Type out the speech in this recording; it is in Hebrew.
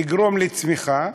נגרום לצמיחה.